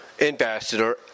ambassador